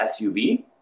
SUV